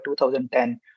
2010